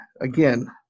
again